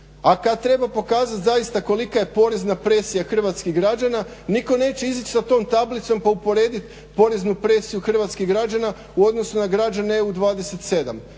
A kad treba pokazat zaista kolika je porezna presija hrvatskih građana nitko neće izaći sa tom tablicom pa uporedit poreznu presiju hrvatskih građana u odnosu na građane EU 27.